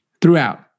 throughout